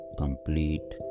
complete